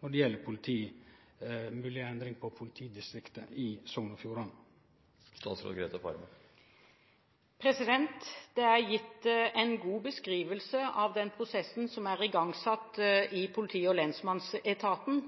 det gjeld ei mogleg endring i politidistriktet Sogn og Fjordane, føreseielege? Det er gitt en god beskrivelse av den prosessen som er igangsatt i politi- og lensmannsetaten,